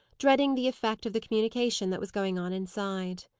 dreading the effect of the communication that was going on inside.